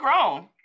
grown